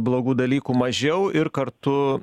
blogų dalykų mažiau ir kartu